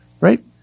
right